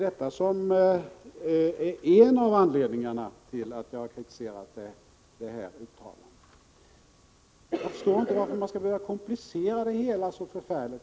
Det är en av anledningarna till att jag har kritiserat detta uttalande. Jag förstår inte varför man skall behöva göra denna fråga så komplicerad.